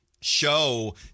show